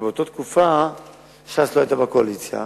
ובאותה תקופה ש"ס לא היתה בקואליציה.